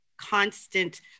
constant